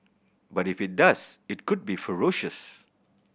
but if it does it could be ferocious